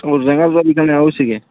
ତମର ରେଙ୍ଗାଲ୍ ଗଛ୍ ଇଠାନେ ଆଉଛେ କେଁ